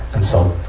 and so,